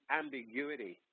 ambiguity